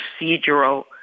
procedural